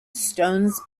stones